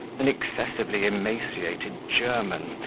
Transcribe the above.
an excessively emaciated german,